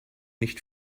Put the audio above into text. nicht